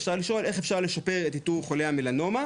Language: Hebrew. אפשר לשאול איך ניתן לשפר את איתור חולי המלנומה,